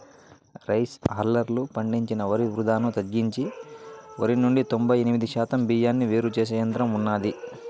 rice హల్లర్లు పండించిన వరి వృధాను తగ్గించి వరి నుండి తొంబై ఎనిమిది శాతం బియ్యాన్ని వేరు చేసే యంత్రం ఉన్నాది